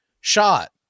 shot